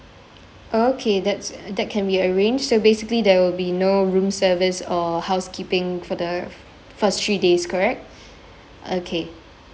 okay that's that can be arranged so basically there will be no room service or housekeeping for the first three days correct okay